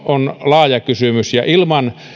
on laaja kysymys ja ilman